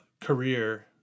career